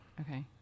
Okay